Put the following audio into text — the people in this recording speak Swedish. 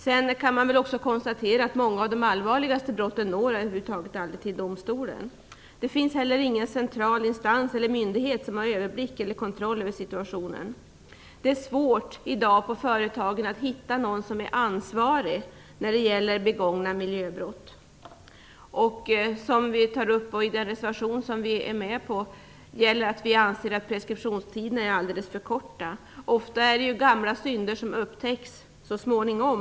Man kan också konstatera att många av de allvarligaste brotten över huvud taget inte når domstolen. Det finns inte heller någon central instans eller myndighet som har överblick eller kontroll över situationen. Det är i dag svårt att på företagen hitta någon som är ansvarig när det gäller begångna miljöbrott. I en reservation, som vi delar med andra partier, anser vi att preskriptionstiden ofta är alltför kort. Ofta upptäcks gamla synder så småningom.